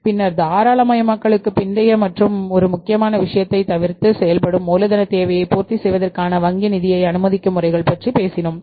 பின்னர் தாராளமயமாக்கலுக்குப் பிந்தைய மற்றும் இந்த முக்கியமான விஷயங்களைத் தவிர்த்து செயல்படும் மூலதனத் தேவையை பூர்த்தி செய்வதற்கான வங்கி நிதியை அனுமதிக்கும் முறைகள் பற்றி பேசினோம்